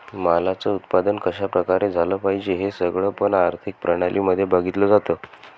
मालाच उत्पादन कशा प्रकारे झालं पाहिजे हे सगळं पण आर्थिक प्रणाली मध्ये बघितलं जातं